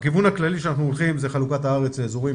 הכיוון הכללי שאנחנו הולכים זה חלוקת הארץ לאזורים,